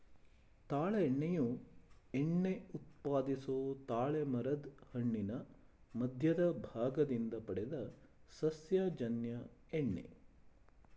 ತಾಳೆ ಎಣ್ಣೆಯು ಎಣ್ಣೆ ಉತ್ಪಾದಿಸೊ ತಾಳೆಮರದ್ ಹಣ್ಣಿನ ಮಧ್ಯದ ಭಾಗದಿಂದ ಪಡೆದ ಸಸ್ಯಜನ್ಯ ಎಣ್ಣೆ